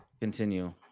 continue